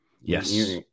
Yes